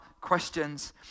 questions